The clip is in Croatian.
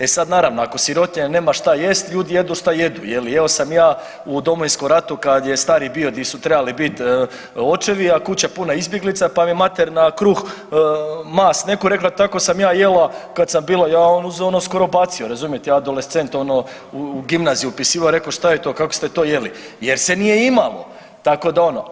E sad naravno ako sirotinja nema šta jest ljudi jedu šta jedu je li, jeo sam ja u Domovinskom ratu kad je stari bio, di su trebali bit očevi, a kuća puna izbjeglica, pa mi mater na kruh mast neku rekla tako sam ja jela kad sam bila, ja ono uzeo ono skoro bacio razumijete, ja adolescent ono u gimnaziju se upisivao i rekao šta je to, kako ste to jeli, jer se nije imalo, tako da ono.